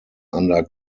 under